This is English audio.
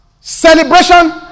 Celebration